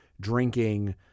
drinking